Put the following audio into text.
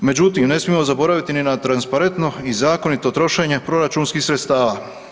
Međutim, ne smijemo zaboraviti ni na transparentno i zakonito trošenje proračunskih sredstava.